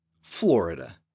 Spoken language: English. Florida